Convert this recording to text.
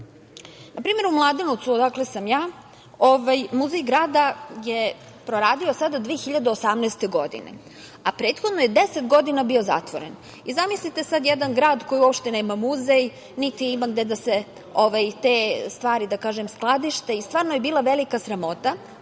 primer, u Mladenovcu, odakle sam ja, Muzej grada je proradio sada 2018. godine, a prethodno je 10 godina bio zatvoren. Zamislite sada jedan grad koji uopšte nema muzej, niti ima gde da se te stvari skladište i stvarno je bila velika sramota,